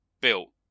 built